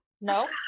No